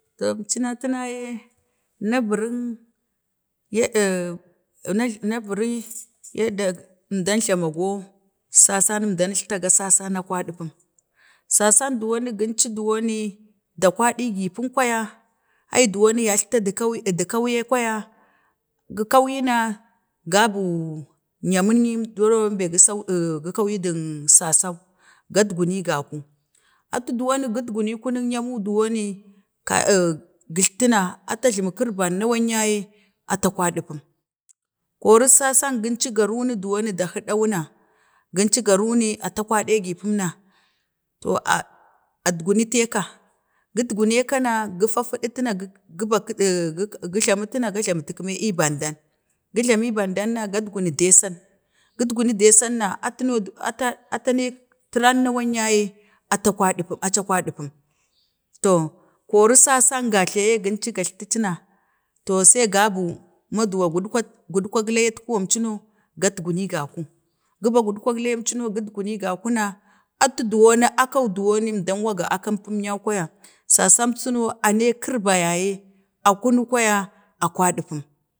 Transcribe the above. To meina tənaye, na buring na burin yadda əmɗan ghamago sasan, əmɗan əjltago sasang mu a kwaɗimpum, sasan dowon guncu dowoni da kwadigipum kwaya ai dowan yajiltadik dek kawai kwaya gu kawai na gabun, nyamin ni duno be ke gi, ku koyi du sasou gatguni gaku atu ɗuwan gutguni kuniək nyamin dowomin, ka ii gittina ata jlamk kirbaa nawan yaye ata kwadupum, kori sasan gincu ga rugi duwan gahiɗawuna, gunci ga runi, ata kwadagi pum na, to a adgurutika, gutguneka na kə fafuɗa tuni guba ba, gu, guba gujla matina ga jlami ii bandan, gəjlami ii bandan na gatguni desan gatguni desan na atu no, at ata nei kirban nawan yeye atu, aci kadi pum, to kori sesan gatla yee kencu gesttacina, to sai gabu maduwak gudkak gudkak layan kuwan cuno, gadguni gaku-gəben gudkwak layam cuho atu duwoni akau dowoni əmdan gaha akang akampun hwaya sasam suno anne yii kerba yaye a kunu kwaya a kwadu pum